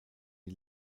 die